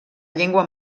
llengua